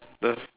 the